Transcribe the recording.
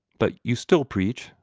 but you still preach?